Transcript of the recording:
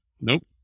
Nope